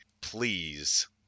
Please